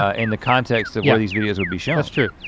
ah in the context of yeah these videos would be shown. that's true.